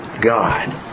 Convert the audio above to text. God